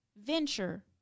venture